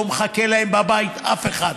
לא מחכה להם בבית אף אחד.